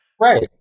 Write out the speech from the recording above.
Right